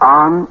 on